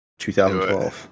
2012